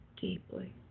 deeply